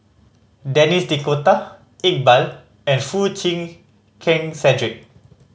Denis D'Cotta Iqbal and Foo Chee Keng Cedric